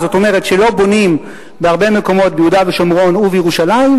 זאת אומרת שלא בונים בהרבה מקומות ביהודה ושומרון ובירושלים,